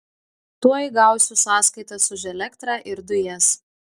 tuoj gausiu sąskaitas už elektrą ir dujas